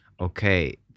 Okay